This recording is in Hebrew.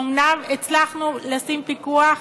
אומנם הצלחנו לשים פיקוח,